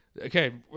Okay